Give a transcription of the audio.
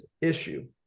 issue